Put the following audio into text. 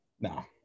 No